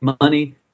money